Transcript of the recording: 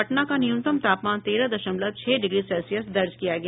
पटना का न्यूनतम तापमान तेरह दशमलव छह डिग्री सेल्सियस दर्ज किया गया